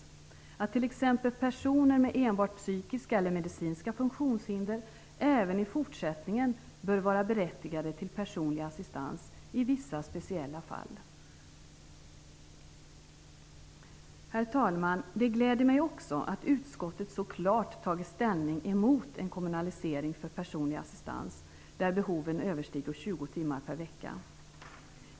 Personer med t.ex. enbart psykiska eller medicinska funktionshinder bör även i fortsättningen vara berättigade till personlig assistans i vissa speciella fall. Herr talman! Det gläder mig också att utskottet så klart tagit ställning emot en kommunalisering av personlig assistans, där behoven överstiger 20 timmar per vecka.